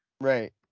Right